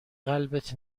قلبت